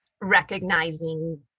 recognizing